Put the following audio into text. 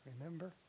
remember